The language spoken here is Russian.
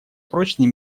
прочный